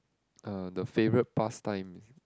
uh the favourite pastime